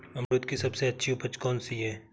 अमरूद की सबसे अच्छी उपज कौन सी है?